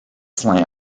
slant